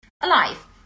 alive